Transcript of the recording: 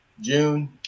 June